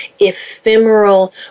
ephemeral